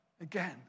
Again